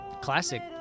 Classic